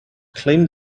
claimed